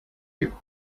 you